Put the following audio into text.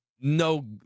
no